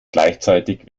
gleichzeitig